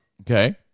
Okay